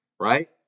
right